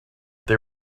they